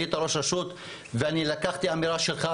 היית ראש רשות ולקחתי אמירה שלך,